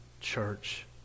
church